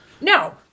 No